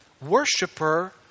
worshiper